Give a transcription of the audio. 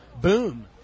boom